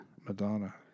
Madonna